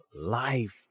life